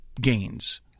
gains